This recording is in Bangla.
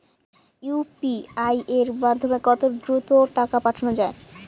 ইউ.পি.আই এর মাধ্যমে কত দ্রুত টাকা পাঠানো যায়?